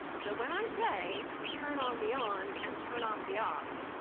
so when i say, turn on the ons, and turn off the offs,